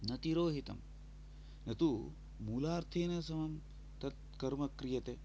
न तिरोहितं न तु मूलार्थेनसमं तत् कर्म क्रियते